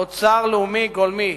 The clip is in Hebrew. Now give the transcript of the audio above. תוצר לאומי גולמי.